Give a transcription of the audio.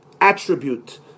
attribute